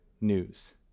news